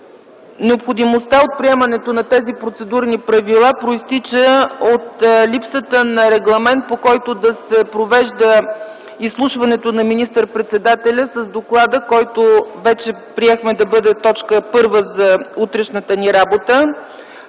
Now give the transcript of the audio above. Необходимостта от приемането на тези процедурни правила произтича от липсата на регламент, по който да се провежда изслушването на министър-председателя с доклада, който вече приехме да бъде точка първа за утрешната ни работа.